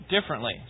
differently